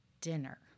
dinner